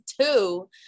two